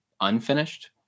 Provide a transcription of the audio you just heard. unfinished